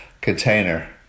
container